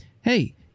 Hey